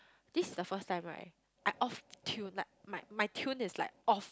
this is the first time right I'm off tune like my my tune is like off